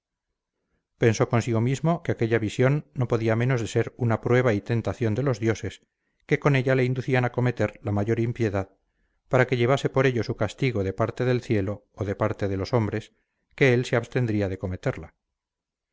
sitio pensó consigo mismo que aquella visión no podía menos de ser una prueba y tentación de los dioses que con ella le inducían a cometer la mayor impiedad para que llevase por ello su castigo de parte del cielo o de parte de los hombres que él se abstendría de cometerla